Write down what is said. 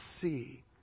see